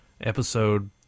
episode